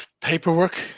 Paperwork